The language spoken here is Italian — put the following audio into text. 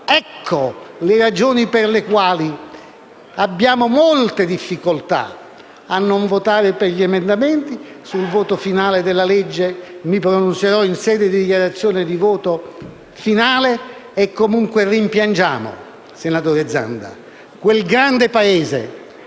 Ecco le ragioni per le quali abbiamo molte difficoltà a non votare per gli emendamenti. Sul voto del provvedimento mi pronunzierò in sede di dichiarazione di voto finale. Comunque rimpiangiamo, senatore Zanda, quel grande Paese,